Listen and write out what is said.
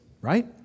right